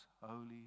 holy